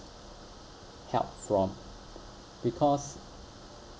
help from because